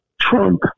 Trump